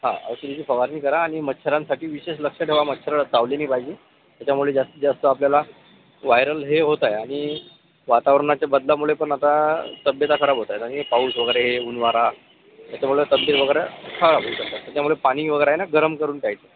हा औषधाची फवारणी करा आणि मच्छरांसाठी विशेष लक्ष ठेवा मच्छरं चावले नाही पाहिजे त्याच्यामुळे जास्तीत जास्त आपल्याला वायरल हे होत आहे आणि वातावरणाच्या बदलामुळे पण आता तब्येत खराब होत आहे आणि पाऊस वगैरे ऊन वारा त्याच्यामुळे तब्येत वगैरे खराब होत आहे त्याच्यामुळे पाणी वगैरे है ना गरम करून प्यायचं